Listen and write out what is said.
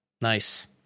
Nice